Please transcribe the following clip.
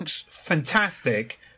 fantastic